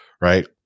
Right